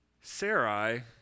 Sarai